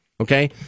Okay